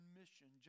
mission